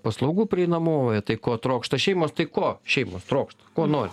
paslaugų prieinamumą apie tai ko trokšta šeimos tai ko šeimos trokšta ko nori